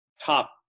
top